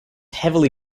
heavily